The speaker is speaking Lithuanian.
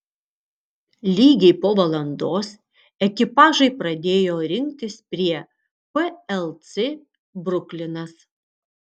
lygiai po valandos ekipažai pradėjo rinktis prie plc bruklinas